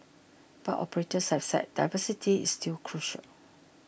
but operators have said diversity is still crucial